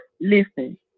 listen